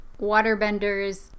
waterbenders